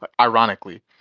ironically